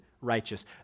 righteous